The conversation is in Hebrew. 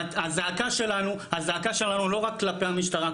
הזעקה שלנו לא רק כלפי המשטרה.